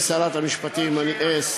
אני לא